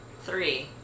Three